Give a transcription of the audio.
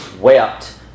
wept